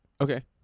Okay